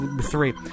three